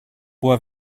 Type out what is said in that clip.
what